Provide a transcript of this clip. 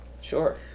Sure